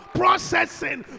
processing